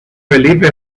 felipe